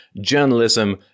Journalism